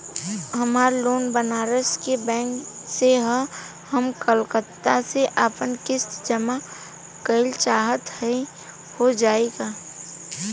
हमार लोन बनारस के बैंक से ह हम कलकत्ता से आपन किस्त जमा कइल चाहत हई हो जाई का?